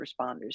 responders